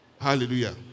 Hallelujah